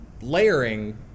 Layering